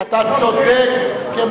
זה בדיוק אותו דבר.